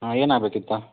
ಹಾಂ ಏನಾಗಬೇಕಿತ್ತು